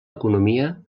economia